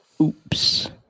Oops